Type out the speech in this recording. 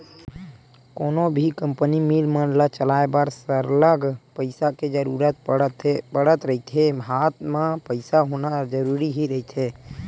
कोनो भी company, mill मन ल चलाय बर सरलग पइसा के जरुरत पड़त रहिथे हात म पइसा होना जरुरी ही रहिथे